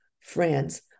friends